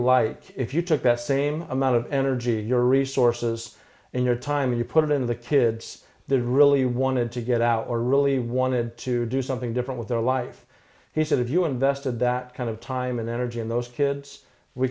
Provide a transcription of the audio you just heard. light if you took that same amount of energy your resources and your time you put it in the kids that really wanted to get out or really wanted to do something different with their life he said if you invested that kind of time and energy in those kids we